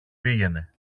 πήγαινε